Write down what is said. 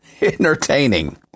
entertaining